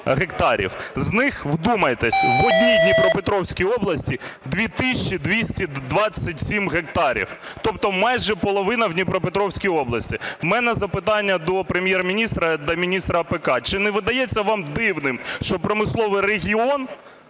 з них, вдумайтесь, в одній Дніпропетровській області – 2 тисячі 227 гектарів, тобто майже половина в Дніпропетровській області. В мене запитання до Прем'єр-міністра, до міністра АПК. Чи не видається вам дивним, що промисловий регіон